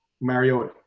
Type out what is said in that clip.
Mariota